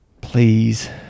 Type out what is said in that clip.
please